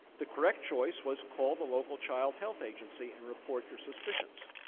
the correct choice was, call the local child health agency and report your suspicions.